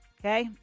Okay